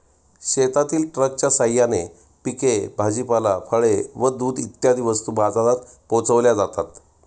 शेतातील ट्रकच्या साहाय्याने पिके, भाजीपाला, फळे व दूध इत्यादी वस्तू बाजारात पोहोचविल्या जातात